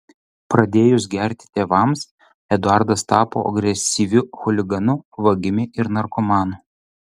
pradėjus gerti tėvams eduardas tapo agresyviu chuliganu vagimi ir narkomanu